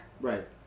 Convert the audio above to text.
Right